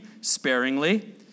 sparingly